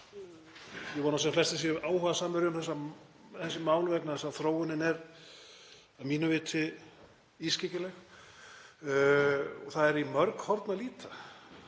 Ég vona að sem flestir séu áhugasamir um þessi mál vegna þess að þróunin er að mínu viti ískyggileg og það er í mörg horn að líta.